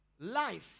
life